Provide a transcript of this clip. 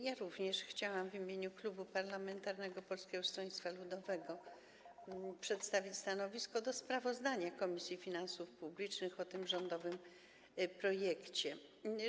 Ja również chciałabym w imieniu klubu parlamentarnego Polskiego Stronnictwa Ludowego przedstawić stanowisko wobec sprawozdania Komisji Finansów Publicznych o tym rządowym projekcie ustawy.